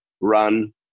run